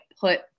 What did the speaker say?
put